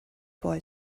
boy